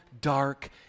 dark